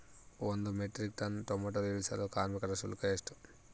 ಒಂದು metric ton tomato ಇಳಿಸಲು ಕಾರ್ಮಿಕರ ಶುಲ್ಕ ಎಷ್ಟು?